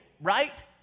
right